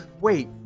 Wait